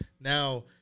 Now